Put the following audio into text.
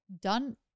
done